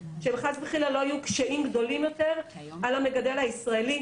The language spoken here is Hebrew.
כדי שחס וחלילה לא יהיו קשיים גדולים יותר על המגדל הישראלי.